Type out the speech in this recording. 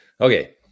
Okay